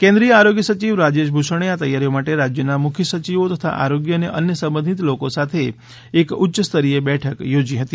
કેન્દ્રિય આરોગ્ય સચિવ રાજેશ ભૂષણે આ તૈયારીઓ માટે રાજ્યોના મુખ્ય સચિવો તથા આરોગ્ય અને અન્ય સંબંધિત લોકો સાથે એક ઉચ્ચ સ્તરીય બેઠક યોજી હતી